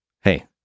Hey